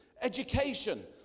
education